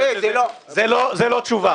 זאת לא תשובה.